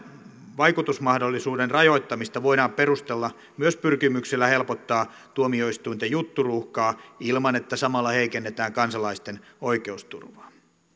vaikutusmahdollisuuden rajoittamista voidaan perustella myös pyrkimyksellä helpottaa tuomioistuinten jutturuuhkaa ilman että samalla heikennetään kansalaisten oikeusturvaa